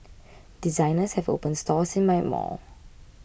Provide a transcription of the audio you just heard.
designers have opened stores in my mall